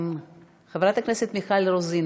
חברת הכנסת מיכל רוזין,